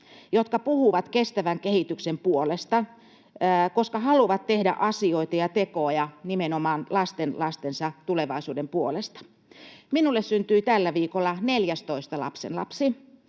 jotka puhuvat kestävän kehityksen puolesta, koska haluavat tehdä asioita ja tekoja nimenomaan lastenlastensa tulevaisuuden puolesta. Minulle syntyi tällä viikolla 14. lapsenlapsi